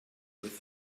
with